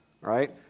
right